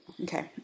Okay